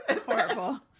Horrible